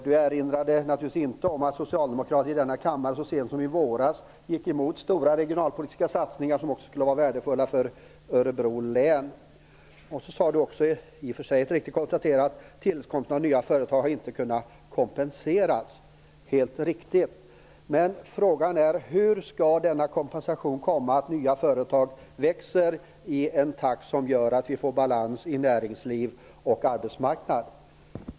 Han erinrade naturligtvis inte om att socialdemokraterna i denna kammare så sent som i våras gick emot stora regionalpolitiska satsningar som också var värdefulla för Örebro län. Nils-Göran Holmqvist gjorde det i och för sig riktiga konstaterandet att tillkomsten av nya företag inte har kunnat kompensera för bortfallet av gamla. Det är helt riktigt, men frågan är: Hur skall denna kompensation i form av nya företag växa i en takt som gör att vi får balans i näringsliv och arbetsmarknad?